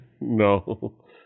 no